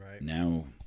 Now